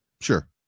Sure